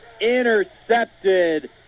intercepted